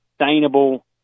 sustainable